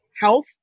health